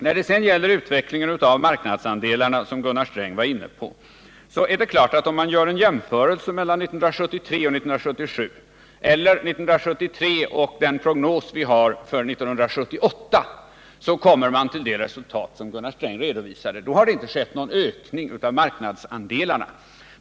När det sedan gäller utvecklingen av marknadsandelarna, som Gunnar Sträng var inne på, är det klart att om man gör en jämförelse mellan 1973 och 1977, eller mellan 1973 och den prognos vi har för 1978, så kommer man till det resultat som Gunnar Sträng redovisade. Då har det inte skett någon ökning av marknadsandelarna.